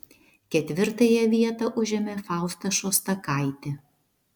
ketvirtąją vietą užėmė fausta šostakaitė